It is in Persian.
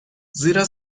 زیرا